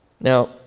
Now